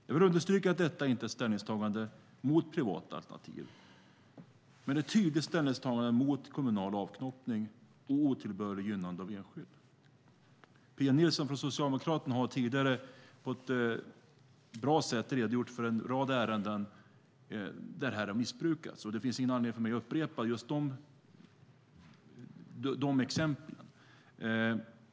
Jag vill understryka att detta inte är ett ställningstagande mot privata alternativ, men ett tydligt ställningstagande mot kommunal avknoppning och otillbörligt gynnande av enskild. Pia Nilsson från Socialdemokraterna har tidigare på ett bra sätt redogjort för en rad ärenden där detta har missbrukats. Det finns därför inte någon anledning för mig att upprepa just dessa exempel.